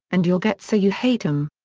and you'll get so you hate em.